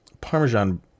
Parmesan